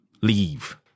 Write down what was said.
leave